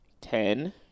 ten